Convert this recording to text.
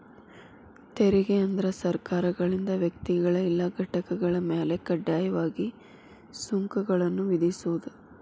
ತೆರಿಗೆ ಅಂದ್ರ ಸರ್ಕಾರಗಳಿಂದ ವ್ಯಕ್ತಿಗಳ ಇಲ್ಲಾ ಘಟಕಗಳ ಮ್ಯಾಲೆ ಕಡ್ಡಾಯವಾಗಿ ಸುಂಕಗಳನ್ನ ವಿಧಿಸೋದ್